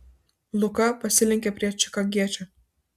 luka pasilenkė prie čikagiečio